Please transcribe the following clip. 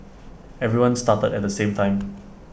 everyone started at the same time